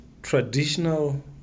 Traditional